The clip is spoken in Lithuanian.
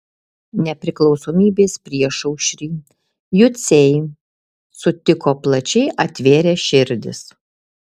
nepriklausomybės priešaušrį juciai sutiko plačiai atvėrę širdis